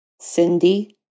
Cindy